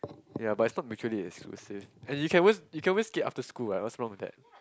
ya but it's not mutually exclusive as in you can always you can always skate after school what what's wrong with that